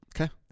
Okay